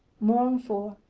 mournful,